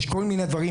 יש כל מיני דברים,